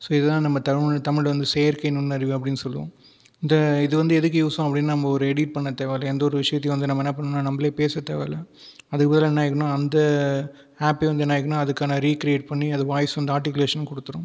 so இது தான் நம்ம தமிழ் தமிழில் வந்து செயற்கை நுண்ணறிவு அப்படினு சொல்லுவோம் இந்த இது வந்து எதுக்கு யூஸாவும் அப்படினா நம்ம ஒரு எடிட் பண்ண தேவை இல்லை எந்த ஒரு விஷயத்தையும் வந்து நம்ம என்ன பண்ணுவோம்னா நம்மலே பேச தேவ இல்லை அதுக்கு பதிலாக என்ன ஆகிக்குனா அந்த ஆப்பே வந்து என்ன ஆகிக்குனா அதுக்கான ரீக்கிரியேட் பண்ணி அதுக்கு வாய்ஸ் வந்து ஆர்ட்டிகுலேஷன் கொடுத்துடும்